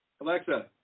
Alexa